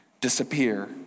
disappear